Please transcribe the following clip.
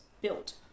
built